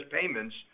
payments